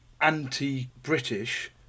anti-British